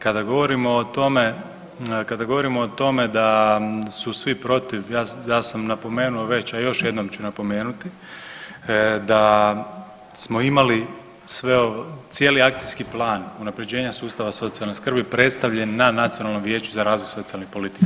Kada govorimo o tome, kada govorimo o tome da su svi protiv, ja sam napomenuo već, a još jednom ću napomenuti da smo imali sve, cijeli akcijski plan unapređenja sustava socijalne skrbi predstavljen na Nacionalnom vijeću za razvoj socijalnih politika.